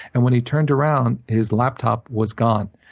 and when he turned around, his laptop was gone.